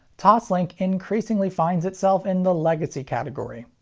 toslink increasingly finds itself in the legacy category.